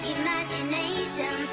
imagination